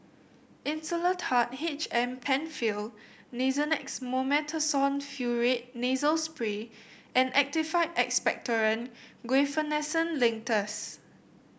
Insulatard H M Penfill Nasonex Mometasone Furoate Nasal Spray and Actified Expectorant Guaiphenesin Linctus